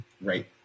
Right